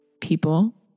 people